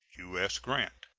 u s. grant.